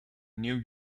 new